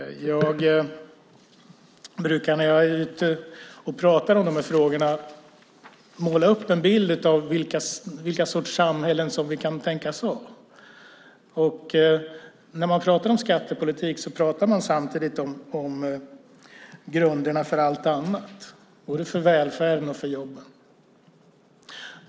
När jag pratar om dessa frågor brukar jag måla upp en bild av vilka sorters samhällen som kan tänkas finnas. När man pratar om skattepolitik pratar man samtidigt om grunderna för både välfärden och jobben.